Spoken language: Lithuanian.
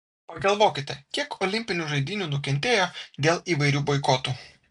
pagalvokite kiek olimpinių žaidynių nukentėjo dėl įvairių boikotų